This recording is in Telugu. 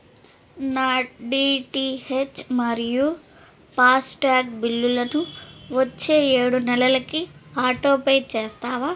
నా డిటిహెచ్ మరియు ఫాస్టాగ్ బిల్లులను వచ్చే ఏడు నెలలకి ఆటోపే చేస్తావా